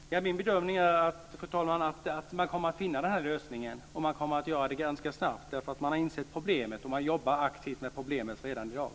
Fru talman! Min bedömning är att man kommer att finna lösningen och att man kommer att göra det ganska snabbt, därför att man har insett problemet och jobbar aktivt med problemet redan i dag.